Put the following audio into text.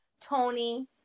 Tony